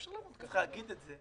צריך להגיד את זה,